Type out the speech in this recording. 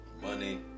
money